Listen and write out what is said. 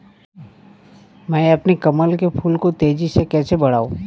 मैं अपने कमल के फूल को तेजी से कैसे बढाऊं?